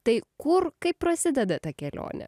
tai kur kaip prasideda ta kelionė